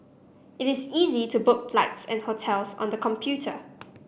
it is easy to book flights and hotels on the computer